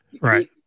right